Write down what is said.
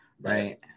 Right